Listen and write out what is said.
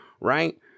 right